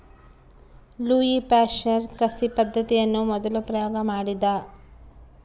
Louis Pasteur ಕಸಿ ಪದ್ದತಿಯನ್ನು ಮೊದಲು ಪ್ರಯೋಗ ಮಾಡಿದ